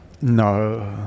No